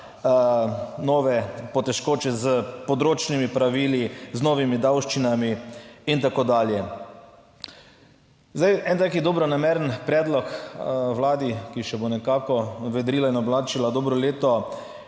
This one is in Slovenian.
nove po težkoče, s področnimi pravili, z novimi davščinami in tako dalje. Zdaj, en tak dobronameren predlog Vladi, ki še bo nekako vedrila in oblačila dobro leto.